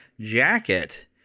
jacket